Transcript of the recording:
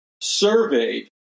surveyed